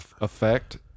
effect